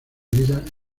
vida